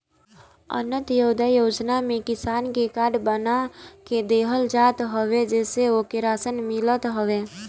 अन्त्योदय योजना में किसान के कार्ड बना के देहल जात हवे जेसे ओके राशन मिलत हवे